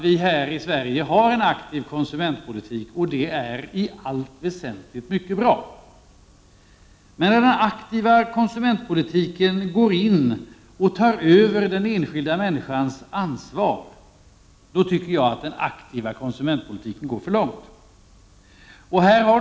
Vi har i Sverige en aktiv konsumentpolitik, och det är i allt väsentligt mycket bra. Men när denna aktiva konsumentpolitik innebär att man går in och tar över den enskilda människans ansvar, då tycker jag att den aktiva konsumentpolitiken går för långt.